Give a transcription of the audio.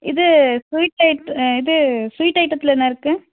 இது ஸ்வீட் இது ஸ்வீட் ஐட்டத்தில் என்ன இருக்குது